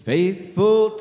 Faithful